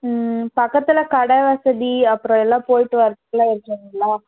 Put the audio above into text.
பக்கத்தில் கடை வசதி அப்புறம் எல்லாம் போய்விட்டு வரதுக்கெல்லாம் இருக்குதுங்களா